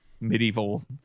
medieval